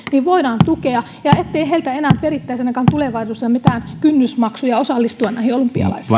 voidaan tukea ja sitä ettei heiltä perittäisi ainakaan enää tulevaisuudessa mitään kynnysmaksuja osallistua näihin olympialaisiin